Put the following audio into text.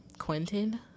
Quentin